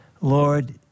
Lord